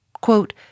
quote